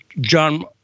John